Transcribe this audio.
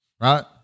right